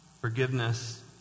Forgiveness